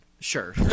Sure